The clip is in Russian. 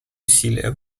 усилия